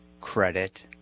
credit